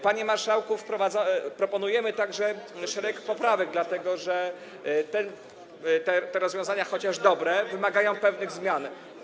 Panie marszałku, proponujemy także szereg poprawek, dlatego że te rozwiązania, chociaż dobre, wymagają pewnych zmian.